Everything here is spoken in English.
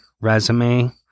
Resume